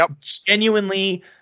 genuinely